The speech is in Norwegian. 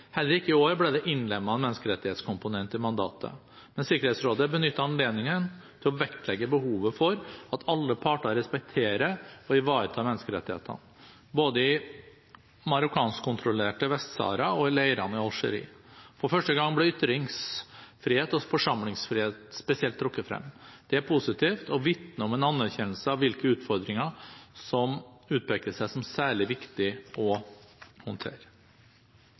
Heller ikke i år ble det innlemmet en menneskerettighetskomponent i mandatet, men Sikkerhetsrådet benyttet anledningen til å vektlegge behovet for at alle parter respekterer og ivaretar menneskerettighetene, i både det marokkanskkontrollerte Vest-Sahara og leirene i Algerie. For første gang ble ytringsfrihet og forsamlingsfrihet spesielt trukket frem. Det er positivt og vitner om en anerkjennelse av hvilke utfordringer som utpeker seg som særlig viktige å håndtere.